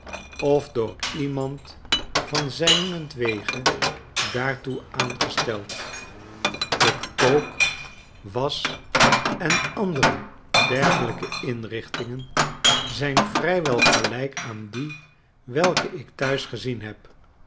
staanof door iemand van zijnentwege daartoe aangesteld de kook wasch en andere dergelijke inrichtingen zijn vrij wel gelyk aan die welke ik thuis gezien heb